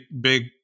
big